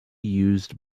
used